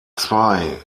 zwei